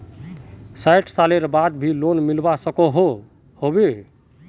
सैट सालेर बाद भी लोन मिलवा सकोहो होबे?